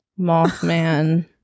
Mothman